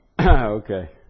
Okay